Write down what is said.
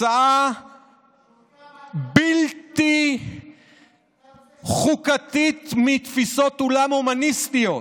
הצעה בלתי חוקתית מתפיסות עולם הומניסטיות,